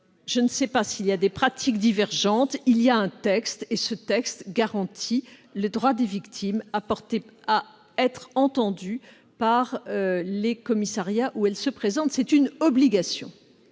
Je ne sais pas s'il y a des pratiques divergentes, mais il y a un texte qui garantit le droit des victimes à être entendues par les commissariats où elles se présentent. Il s'agit,